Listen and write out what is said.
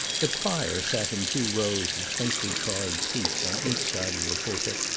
the choir sat in two rows of quaintly carved seats on each side of the pulpit,